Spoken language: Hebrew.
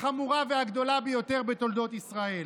החמורה והגדולה ביותר בתולדות ישראל,